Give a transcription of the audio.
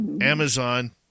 Amazon